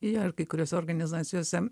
yra kai kuriose organizacijose